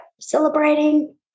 celebrating